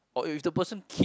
or if the person keep